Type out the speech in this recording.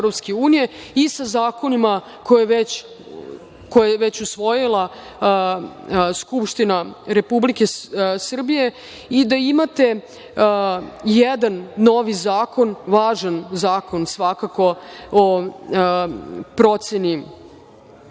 i sa zakonima koje je već usvojila Skupština Republike Srbije i da imate jedan novi zakon, važan zakon svakako, o proceniteljima